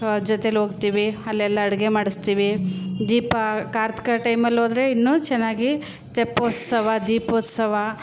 ಜೊತೇಲಿ ಹೋಗ್ತೀವಿ ಅಲ್ಲೆಲ್ಲ ಅಡುಗೆ ಮಾಡಿಸ್ತೀವಿ ದೀಪ ಕಾರ್ತಿಕ ಟೈಮಲ್ಲಿ ಹೋದ್ರೆ ಇನ್ನೂ ಚೆನ್ನಾಗಿ ತೆಪ್ಪೋತ್ಸವ ದೀಪೋತ್ಸವ